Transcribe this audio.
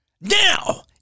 Now